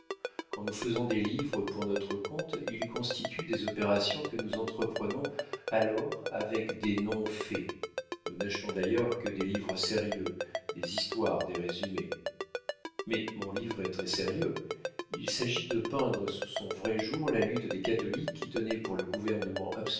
quand nous faisons des livres pour notre compte ils constituent des opérations que nous entreprenons alors avec des noms faits nous n'achetons d'ailleurs que des livres sérieux des histoires des résumés mais mon livre est très sérieux il s'agit de peindre sous son vrai jour la lutte des catholiques qui tenaient pour le gouvernement